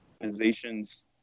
organizations